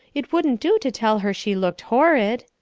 it wouldn't do to tell her she looked horrid.